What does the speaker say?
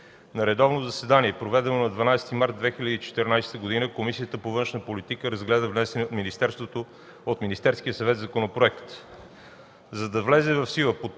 На редовно заседание, проведено на 12 март 2014 г., Комисията по външна политика разгледа внесения от Министерския съвет законопроект.